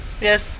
Yes